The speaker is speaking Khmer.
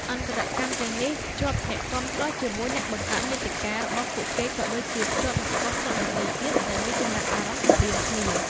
អន្តរកម្មទាំងនេះ ភ្ជាប់អ្នកគាំទ្រជាមួយអ្នកបង្កើតមាតិកា របស់ពួកគេ ក៏ដូចជា ភ្ជាប់អ្នកគាំទ្រដទៃទៀត ដែលមានចំណាប់អារម្មណ៍ស្រដៀងគ្នា។